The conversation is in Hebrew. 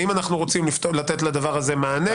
האם אנחנו רוצים לתת לדבר הזה מענה.